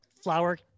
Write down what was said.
flower